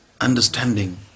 understanding